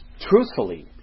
truthfully